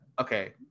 okay